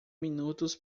minutos